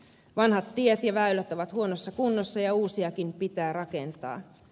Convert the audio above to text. vanhat tiet ja väylät ovat huonossa kunnossa ja uusiakin pitää rakentaa